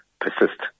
persist